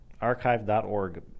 Archive.org